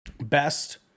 Best